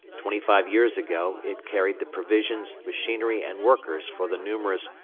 twenty-five years ago it carried the provisions, machinery and workers for the numerous,